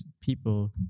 people